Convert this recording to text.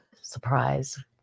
surprise